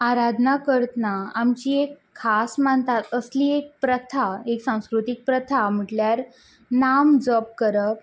आराधनां करतना आमची एक खास मानता असली एक प्रथा एक सांस्कृतीक प्रथा म्हटल्यार नाम जप करप